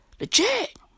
Legit